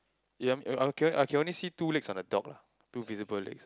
eh I can I can only see two legs on the dog lah two visible legs